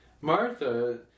Martha